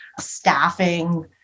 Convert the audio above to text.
staffing